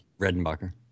Redenbacher